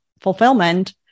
fulfillment